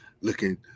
looking